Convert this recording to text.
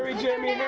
ah jeremy. and